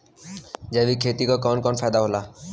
जैविक खेती क कवन कवन फायदा होला?